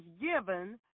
given